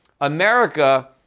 America